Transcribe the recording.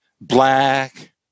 black